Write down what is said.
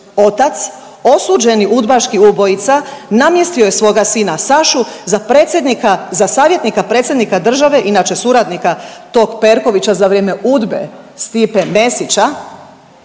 otac osuđeni udbaški ubojica namjestio je svoga sina Sašu za predsjednika, za savjetnika predsjednika države, inače suradnika tog Perkovića za vrijeme UDBA-e, Stipe Mesića